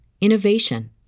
innovation